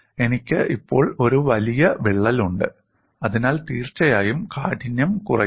എനിക്ക് ഇപ്പോൾ ഒരു വലിയ വിള്ളൽ ഉണ്ട് അതിനാൽ തീർച്ചയായും കാഠിന്യം കുറയുന്നു